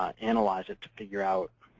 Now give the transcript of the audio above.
analyze it, to figure out